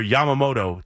Yamamoto